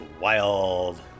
wild